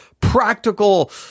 practical